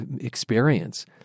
experience